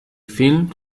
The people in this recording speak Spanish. film